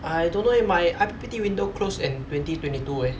I don't know leh my I_P_P_T window close in twenty twenty two eh